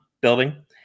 building